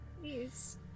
Please